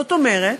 זאת אומרת,